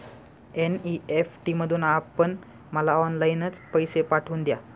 NEFT मधून आपण मला ऑनलाईनच पैसे पाठवून द्या